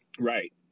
Right